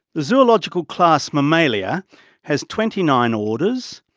the zoological class mammalia has twenty nine orders,